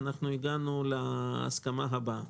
הגענו להסכמה הבאה: